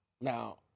Now